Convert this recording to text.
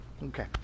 okay